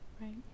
Right